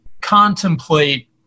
contemplate